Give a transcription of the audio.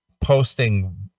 posting